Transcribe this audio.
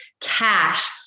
cash